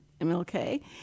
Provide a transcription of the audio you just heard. MLK